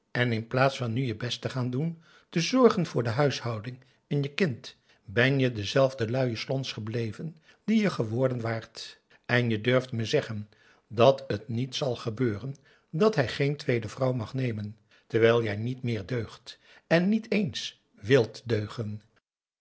en in plaats van nu je best te gaan doen te zorgen voor de huishouding en je kind ben je dezelfde luie slons gebleven die je geworden waart en je durft me zeggen dat het niet zal gebeuren dat hij geen tweede vrouw mag nemen terwijl jij niet meer deugt en niet eens wilt deugen